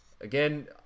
Again